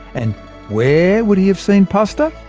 and where would he have seen pasta?